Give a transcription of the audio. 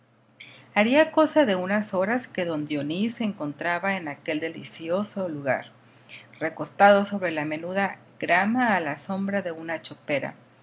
haría cosa de unas horas que don dionís se encontraba en aquel delicioso lugar recostado sobre la menuda grama a la sombra de una chopera